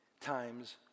times